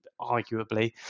arguably